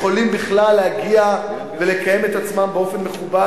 יכולים בכלל להגיע ולקיים את עצמם באופן מכובד?